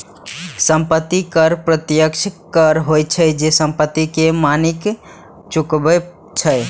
संपत्ति कर प्रत्यक्ष कर होइ छै, जे संपत्ति के मालिक चुकाबै छै